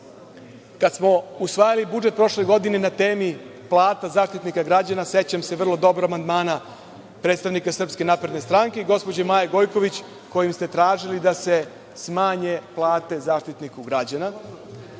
kada smo usvajali budžet prošle godine na temi – plata Zaštitnika građana, sećam se vrlo dobro amandmana predstavnika SNS, gospođe Maje Gojković, kojim ste tražili da se smanje plate Zaštitniku građana,